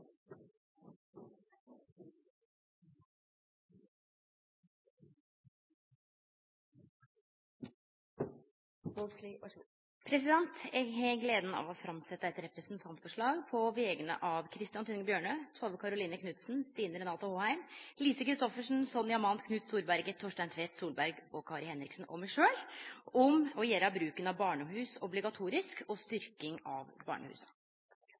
Vågslid vil framsette et representantforslag. Eg har gleda av å setje fram eit representantforslag på vegner av Christian Tynning Bjørnø, Tove Karoline Knutsen, Stine Renate Håheim, Lise Christoffersen, Sonja Mandt, Knut Storberget, Torstein Tvedt Solberg, Kari Henriksen og meg sjølv om å gjere bruken av barnehus obligatorisk og styrking av